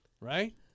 right